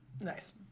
nice